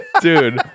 Dude